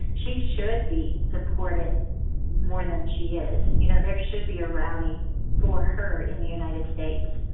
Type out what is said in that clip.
she should be supported more than she is. you know there should be a rally for her in the united states,